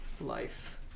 life